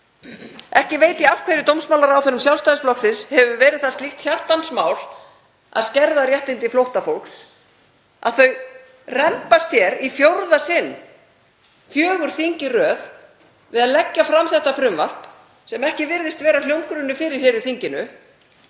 Ekki veit ég af hverju dómsmálaráðherrum Sjálfstæðisflokksins hefur verið það slíkt hjartans mál að skerða réttindi flóttafólks að þau rembast hér í fjórða sinn, fjögur þing í röð, við að leggja fram þetta frumvarp sem ekki virðist vera hljómgrunnur fyrir hér í þinginu